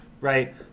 right